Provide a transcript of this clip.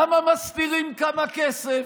למה מסתירים כמה כסף?